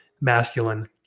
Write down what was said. masculine